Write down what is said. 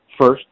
first